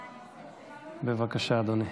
בבקשה, אדוני.